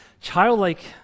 Childlike